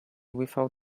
without